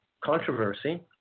controversy